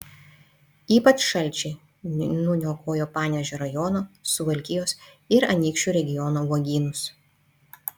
ypač šalčiai nuniokojo panevėžio rajono suvalkijos ir anykščių regiono uogynus